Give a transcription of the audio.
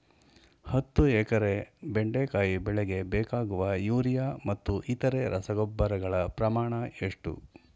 ಹತ್ತು ಎಕರೆ ಬೆಂಡೆಕಾಯಿ ಬೆಳೆಗೆ ಬೇಕಾಗುವ ಯೂರಿಯಾ ಮತ್ತು ಇತರೆ ರಸಗೊಬ್ಬರಗಳ ಪ್ರಮಾಣ ಎಷ್ಟು?